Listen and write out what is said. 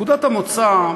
נקודת המוצא,